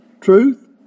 truth